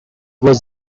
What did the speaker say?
was